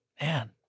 Man